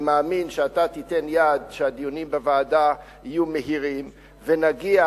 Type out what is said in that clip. אני מאמין שאתה תיתן יד כדי שהדיונים בוועדה יהיו מהירים ונגיע,